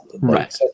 right